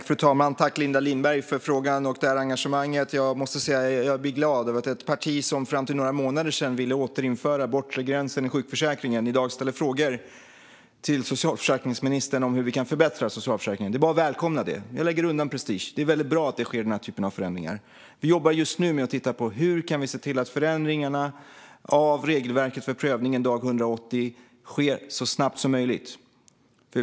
Fru talman! Tack, Linda Lindberg, för frågan och engagemanget! Jag måste säga att jag blir glad över att ett parti som fram till för några månader sedan ville återinföra den bortre gränsen i sjukförsäkringen i dag ställer frågor till socialförsäkringsministern om hur vi kan förbättra socialförsäkringen. Det är bara att välkomna detta. Jag lägger undan all prestige; det är bra att denna typ av förändringar sker. Vi jobbar just nu med att titta på hur vi kan se till att förändringarna av regelverket för prövningen dag 180 sker så snabbt som möjligt.